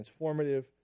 transformative